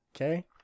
okay